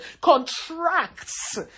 contracts